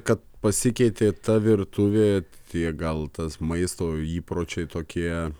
kad pasikeitė ta virtuvė tie gal tas maisto įpročiai tokie